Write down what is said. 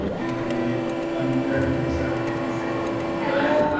and can we unmute everybody so everybody can say yeah